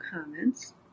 comments